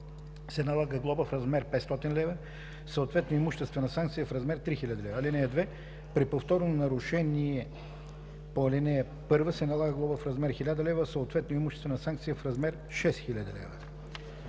се налага глоба в размер 500 лв., съответно имуществена санкция в размер 3000 лв. (2) При повторно нарушение по ал. 1 се налага глоба в размер 1000 лв., съответно имуществена санкция в размер 6000 лв.“